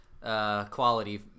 quality